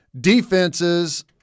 Defenses